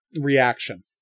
Reaction